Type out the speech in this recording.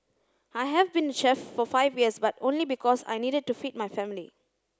I have been a chef for five years but only because I needed to feed my family